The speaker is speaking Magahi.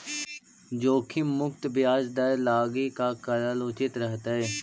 जोखिम मुक्त ब्याज दर लागी का करल उचित रहतई?